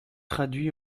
traduit